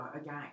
again